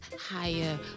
higher